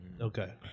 Okay